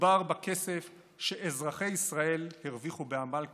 מדובר בכסף שאזרחי ישראל הרוויחו בעמל כפיהם.